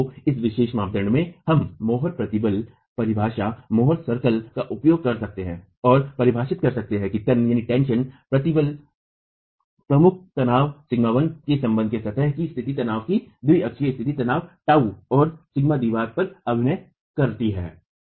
तो इस विशेष मानदंड में हम फिर मोहर प्रतिबल परिभाषा मोहर सर्कल का उपयोग कर सकते हैं और परिभाषित कर सकते हैं कि तनन प्रतिबल प्रमुख तनाव σ1 के सम्बन्ध में सतह की स्थिति तनाव की द्विअक्षीय स्थिति तनाव τ और σ दीवार पर अभिनय करती है